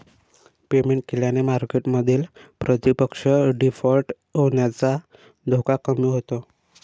payment केल्याने मार्केटमधील प्रतिपक्ष डिफॉल्ट होण्याचा धोका कमी होतो